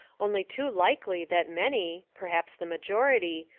only too likely that many, perhaps the majority,